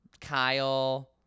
Kyle